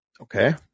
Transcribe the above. Okay